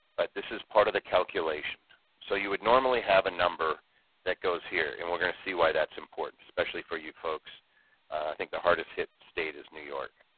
but this is part of the calculation. so you would normally have a number that goes here, and we're going to see why that's important, especially for you folks, i think the hardest hit state is new york.